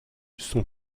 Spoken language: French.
son